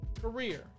career